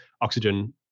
oxygen